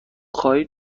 خواهید